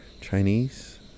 Chinese